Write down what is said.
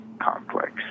complex